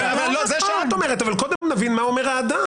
זה את אומרת אבל קודם נבין מה אומר האדם.